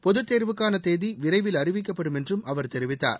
பொதுத் தேர்வுக்கான தேதி விரைவில் அறிவிக்கப்படும் என்றும் அவர் தெரிவித்தார்